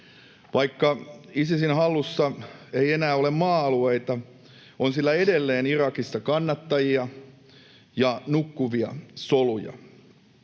Vaikka Isisin hallussa ei enää ole maa-alueita, on sillä edelleen Irakissa kannattajia ja nukkuvia soluja.